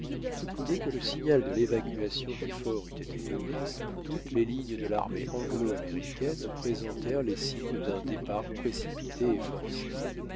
dès que le signal de l'évacuation du fort eut été donné toutes les lignes de l'armée anglo américaine présentèrent les signes d'un départ précipité et forcé